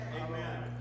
amen